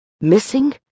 Missing